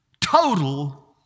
total